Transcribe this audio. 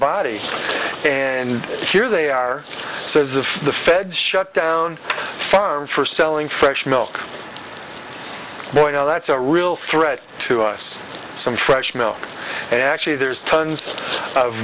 body and here they are says that the feds shut down farms for selling fresh milk now i know that's a real threat to us some fresh milk and actually there's tons of